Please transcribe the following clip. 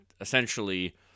essentially